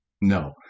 No